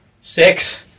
six